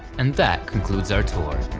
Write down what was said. and that concludes our tour.